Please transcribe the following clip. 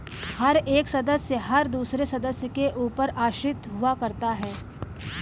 हर एक सदस्य हर दूसरे सदस्य के ऊपर आश्रित हुआ करता है